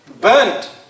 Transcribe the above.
burnt